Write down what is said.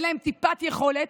אין להם טיפת יכולת,